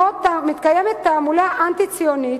מתקיימת תעמולה אנטי-ציונית,